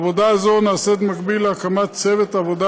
עבודה זו נעשית במקביל להקמת צוות עבודה